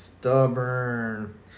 Stubborn